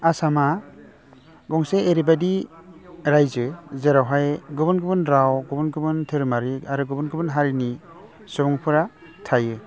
आसामा गंसे ओरैबायदि रायजो जेरावहाय गुबुन गुबुन राव गुबुन गुबुन दोहोरोमारि आरो गुबुन गुबुन हारिनि सुबुंफोरा थायो